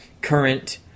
current